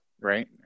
right